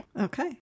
Okay